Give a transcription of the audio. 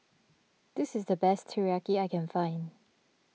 this is the best Teriyaki I can find